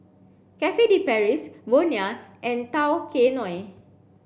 Cafe De Paris Bonia and Tao Kae Noi